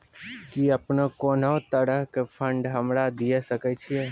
कि अपने कोनो तरहो के फंड हमरा दिये सकै छिये?